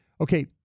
Okay